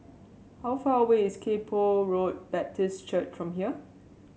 how far away is Kay Poh Road Baptist Church from here